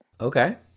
Okay